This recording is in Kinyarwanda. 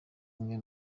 umwe